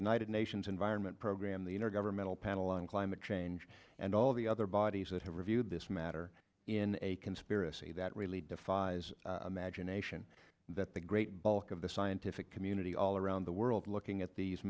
united nations environment program the intergovernmental panel on climate change and all the other bodies that have reviewed this matter in a conspiracy that really defies imagination that the great bulk of the scientific community all around the world looking at these